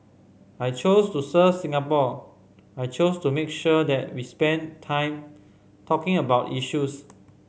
I chose to serve Singapore I chose to make sure that we spend time talking about issues